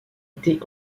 était